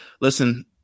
Listen